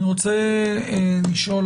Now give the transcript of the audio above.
אני רוצה לשאול,